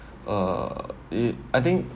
uh it I think